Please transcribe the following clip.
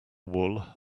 wool